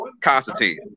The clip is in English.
Constantine